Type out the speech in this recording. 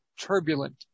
turbulent